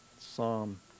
Psalm